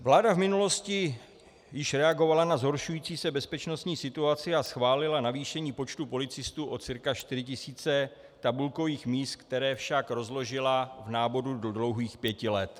Vláda v minulosti již reagovala na zhoršující se bezpečnostní situaci a schválila navýšení počtu policistů o cca 4 tis. tabulkových míst, které však rozložila v náboru do dlouhých pěti let.